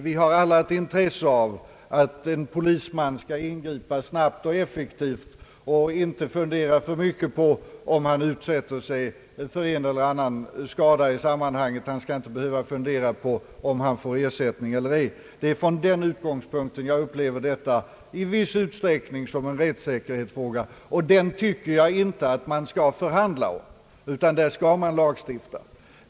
Vi har alla intresse av att en polisman skall ingripa snabbt och effektivt och inte funderar för mycket på om han riskerar en eller annan skada i sammanhanget; han skall inte behöva undra om han får ersättning eller ej. Det är från den utgångspunkten jag upplever detta som i viss utsträckning en rättssäkerhetsfråga; och när det gäller den tycker jag inte att man skall förhandla utan lagstifta.